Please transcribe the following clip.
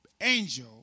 angel